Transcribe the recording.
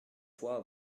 fois